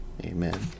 Amen